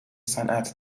صنعت